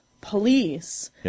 police